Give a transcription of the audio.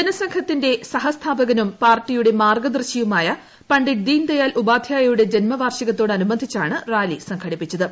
ജനസംഘത്തിന്റെ സഹസ്ഥാപകനും പാർട്ടിയുടെ മാർഗ്ഗദർശിയുമായ പണ്ഡിറ്റ് ദീൻദയാൽ ഉപാധ്യായുടെ ജന്മവാർഷികത്തോടനുബന്ധിച്ചാണ് റാലി സംഘടിപ്പിച്ചത്